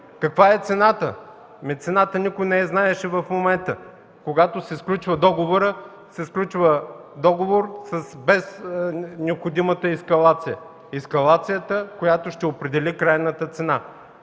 Каква е цената? Ами цената никой не я знаеше в момента. Когато се сключва договорът, се сключва договор без необходимата ескалация – ескалацията, която ще определи крайната цена.